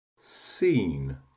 seen